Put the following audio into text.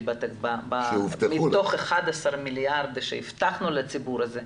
מתוך 11 מיליארד שהבטחנו לציבור הזה,